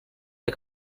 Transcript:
del